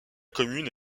commune